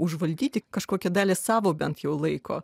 užvaldyti kažkokią dalį savo bent jau laiko